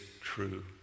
true